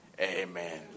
Amen